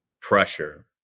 pressure